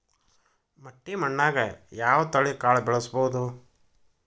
ಮಟ್ಟಿ ಮಣ್ಣಾಗ್, ಯಾವ ತಳಿ ಕಾಳ ಬೆಳ್ಸಬೋದು?